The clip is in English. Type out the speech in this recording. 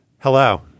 hello